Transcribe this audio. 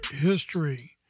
history